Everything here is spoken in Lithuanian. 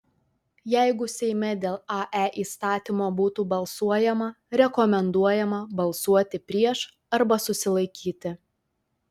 jeigu seime dėl ae įstatymo būtų balsuojama rekomenduojama balsuoti prieš arba susilaikyti